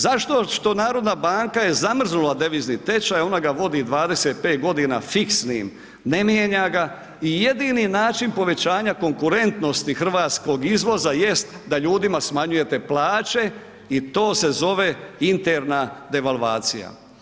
Zato što narodna banka je zamrznula devizni tečaj, ona ga vodi 25 godina fiksnim, ne mijenja ga i jedini način povećanja konkurentnosti hrvatskog izvoza jest da ljudima smanjujete plaće i to se zove interna devalvacija.